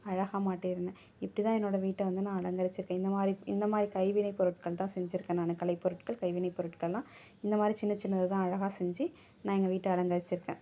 அழகாக மாட்டியிருந்தேன் இப்படிதான் என்னோடய வீட்டை வந்து நான் அலங்கரிச்சுருக்கேன் இந்தமாதிரி இந்தமாதிரி கைவினைப் பொருட்கள் தான் செஞ்சுருக்கேன் நான் கலைப்பொருட்கள் கைவினைப் பொருட்கள்லாம் இந்தமாதிரி சின்ன சின்னது தான் அழகாக செஞ்சு நான் எங்கள் வீட்டை அலங்கரிச்சுருக்கேன்